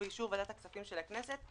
ובאישור ועדת הכספים של הכנסת,